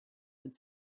could